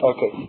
Okay